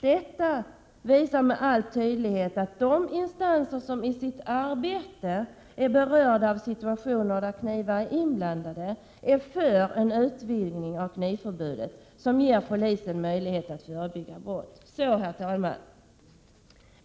Detta visar med all önskvärd tydlighet att de instanser som i sitt arbete kommer i kontakt med situationer där knivar är inblandade är för en utvidgning av knivförbudet, som ger polisen möjligheter att förebygga brott. Herr talman!